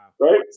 Right